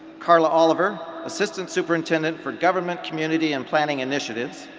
karla oliver, assistant superintendent for government, community, and planning initiatives.